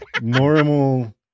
normal